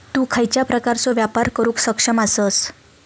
तु खयच्या प्रकारचो व्यापार करुक सक्षम आसस?